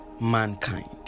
mankind